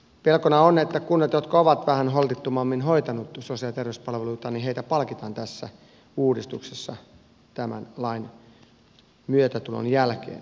pelkona on että kuntia jotka ovat vähän holtittomammin hoitaneet sosiaali ja terveyspalveluita palkitaan tässä uudistuksessa tämän lain voimaantulon jälkeen